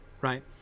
Right